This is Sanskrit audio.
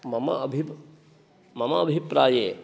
मम अभिप् मम अभिप्राये